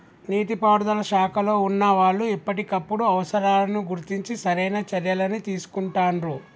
నీటి పారుదల శాఖలో వున్నా వాళ్లు ఎప్పటికప్పుడు అవసరాలను గుర్తించి సరైన చర్యలని తీసుకుంటాండ్రు